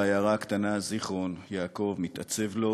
בעיירה הקטנה זיכרון-יעקב מתעצב לו